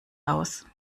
aus